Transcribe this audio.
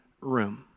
room